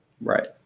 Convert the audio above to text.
Right